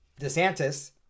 DeSantis